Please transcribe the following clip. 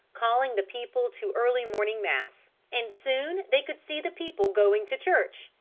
calling the people to early morning mass, and soon they could see the people going to church,